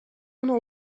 ono